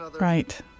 Right